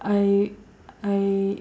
I I